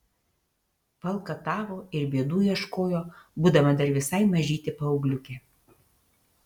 valkatavo ir bėdų ieškojo būdama dar visai mažytė paaugliukė